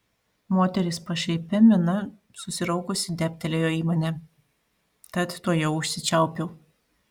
moteris pašaipia mina susiraukusi dėbtelėjo į mane tad tuojau užsičiaupiau